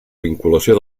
vinculació